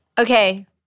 Okay